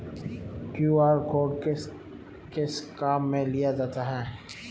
QR code किस किस काम में लिया जाता है?